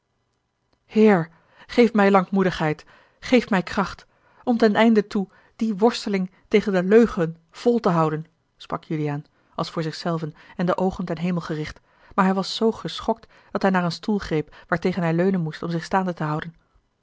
heer geef mij lankmoedigheid geef mij kracht om ten einde toe die worsteling tegen de leugen vol te houden sprak juliaan als voor zich zelven en de oogen ten hemel gericht maar hij was zoo geschokt dat hij naar een stoel greep waartegen hij leunen moest om zich staande te houden